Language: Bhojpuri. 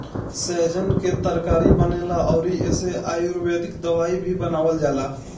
सैजन कअ तरकारी बनेला अउरी एसे आयुर्वेदिक दवाई भी बनावल जाला